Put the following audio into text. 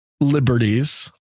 liberties